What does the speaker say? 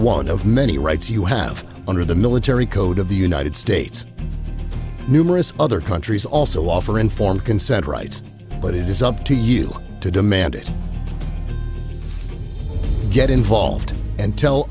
one of many rights you have under the military code of the united states numerous other countries also offer informed consent rights but it is up to you to demand it get involved and tell